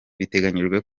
biteganyijwe